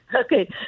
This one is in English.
Okay